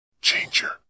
Changer